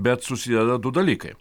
bet susideda du dalykai